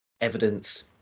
evidence